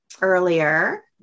earlier